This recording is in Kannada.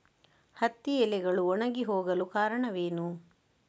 ಹತ್ತಿ ಎಲೆಗಳು ಒಣಗಿ ಹೋಗಲು ಕಾರಣವೇನು?